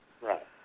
Right